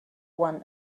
one